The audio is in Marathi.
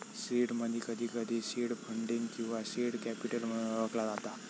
सीड मनी, कधीकधी सीड फंडिंग किंवा सीड कॅपिटल म्हणून ओळखला जाता